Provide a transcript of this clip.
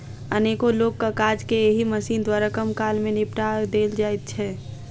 अनेको लोकक काज के एहि मशीन द्वारा कम काल मे निपटा देल जाइत छै